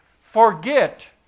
forget